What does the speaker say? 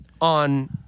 on